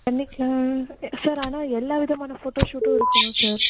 பண்ணிக்கலாம் சார் ஆனால் எல்லா விதமான ஃபோட்டோ ஷூட்டும் இருக்குமா சார்